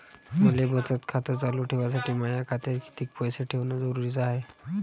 मले बचत खातं चालू ठेवासाठी माया खात्यात कितीक पैसे ठेवण जरुरीच हाय?